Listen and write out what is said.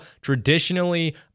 traditionally